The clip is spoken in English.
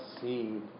Seed